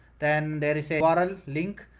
then there is a but link.